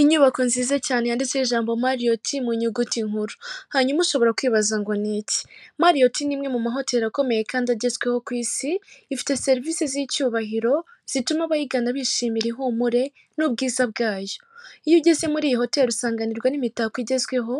Inyubako nziza cyane yanditseho ijambo Mariyoti mu nyuguti nkuru. Hanyuma ushobora kwibaza ngo ni iki? Mariyoti ni imwe mu mahoteli akomeye kandi agezweho ku isi, ifite serivisi z'icyubahiro, zituma abayigana bishimira ihumure n'ubwiza bwayo. Iyo ugeze muri iyi hoteli usanganirwa n'imitako igezweho,